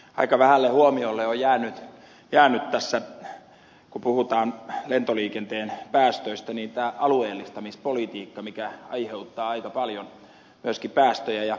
aika vähälle huomiolle on jäänyt tässä kun puhutaan lentoliikenteen päästöistä alueellistamispolitiikka mikä aiheuttaa aika paljon myöskin päästöjä